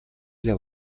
для